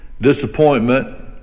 disappointment